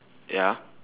ya